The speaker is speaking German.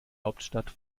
hauptstadt